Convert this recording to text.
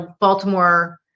Baltimore